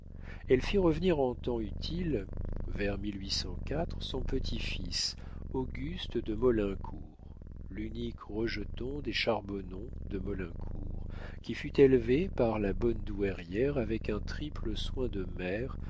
elle fit revenir en temps utile vers son petit-fils auguste de maulincour l'unique rejeton des charbonnon de maulincour qui fut élevé par la bonne douairière avec un triple soin de mère